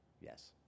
Yes